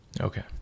Okay